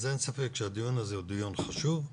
אז אין ספק שהדיון הזה הוא דיון חשוב.